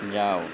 যাও